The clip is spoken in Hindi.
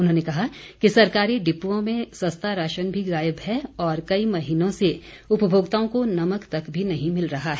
उन्होंने कहा कि सरकारी डिपुओं में सस्ता राशन भी गायब है और कई महीनों से उपभोक्ताओं को नमक तक भी नहीं मिल रहा है